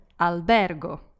albergo